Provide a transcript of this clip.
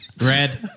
Red